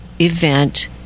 event